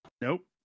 Nope